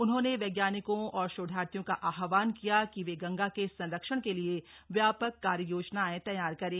उन्होंने वैज्ञानिकों और शोधार्थियों का आहवान किया कि वे गंगा के संरक्षण के लिए व्यापक कार्य योजनाएं तैयार करें